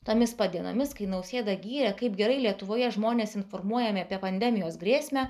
tomis pat dienomis kai nausėda gyrė kaip gerai lietuvoje žmonės informuojami apie pandemijos grėsmę